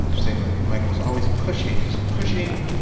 and saying like michael is always pushing, just pushing,